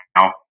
now